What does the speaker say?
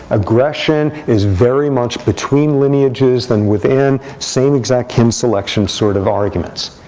aggression is very much between lineages than within, same exact kin selection sort of arguments.